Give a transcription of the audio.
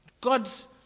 God's